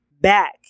back